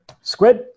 Squid